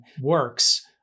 works